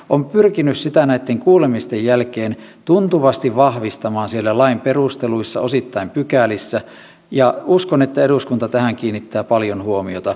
olen pyrkinyt sitä näitten kuulemisten jälkeen tuntuvasti vahvistamaan siellä lain perusteluissa osittain pykälissä ja uskon että eduskunta tähän kiinnittää paljon huomiota